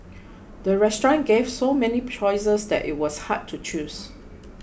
the restaurant gave so many choices that it was hard to choose